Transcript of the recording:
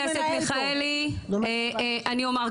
אני אדבר,